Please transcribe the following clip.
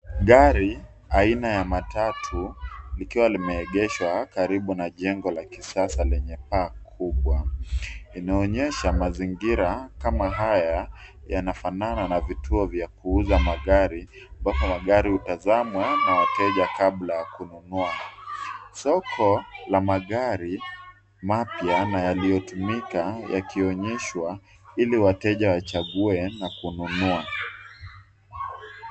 Gari aina ya matatu likiwa limeegeshwa karibu na jengo la kisasa lenye paa kubwa. Inayoonyesha mazingira kama haya yanafanana na vituo vya kuuza magari ambapo magari hutazamwa na wateja kabla kununua. Soko la magari mapya na yaliyotumika yakionyeshwa ili wateja wachague na kununua.